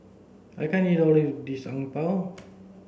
I can't eat all of this Png Tao